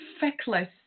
feckless